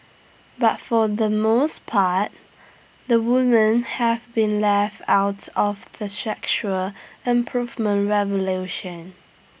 but for the most part the women have been left out of the sexual improvement revolution